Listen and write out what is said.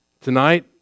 tonight